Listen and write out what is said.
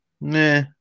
nah